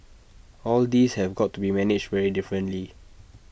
all these have got to be managed very differently